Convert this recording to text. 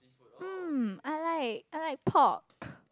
um I like I like pork